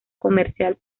comercial